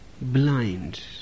blind